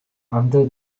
under